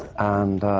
and